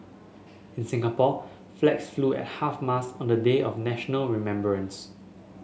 in Singapore flags flew at half mast on the day of national remembrance